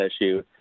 issue